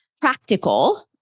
practical